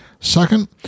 Second